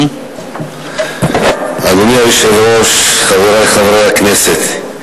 אדוני היושב-ראש, חברי חברי הכנסת,